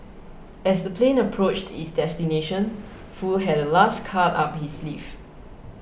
as the plane approached its destination Foo had a last card up his sleeve